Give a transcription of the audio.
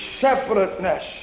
separateness